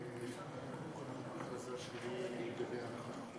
אבל לצערי הרב,